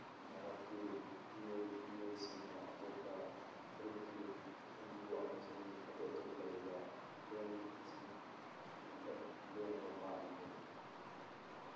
ꯚꯥꯔꯠꯀꯤ ꯃꯤꯑꯣꯏ ꯃꯤꯑꯣꯏꯁꯤꯡꯅ ꯑꯇꯣꯞꯄ ꯐꯨꯔꯨꯞꯀꯤ ꯍꯤꯟꯗꯨ ꯑꯃꯁꯨꯡ ꯑꯇꯣꯞ ꯑꯇꯣꯞꯄ ꯂꯩꯔꯤꯕ ꯂꯣꯜꯁꯤꯡ ꯗ ꯂꯣꯟꯅꯕ ꯄꯥꯝꯅꯗꯦ